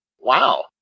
wow